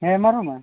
ᱦᱮᱸ ᱢᱟ ᱨᱚᱲ ᱢᱮ